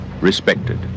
respected